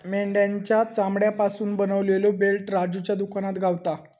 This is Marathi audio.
मेंढ्याच्या चामड्यापासून बनवलेलो बेल्ट राजूच्या दुकानात गावता